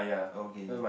okay